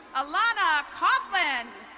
alana coughlin.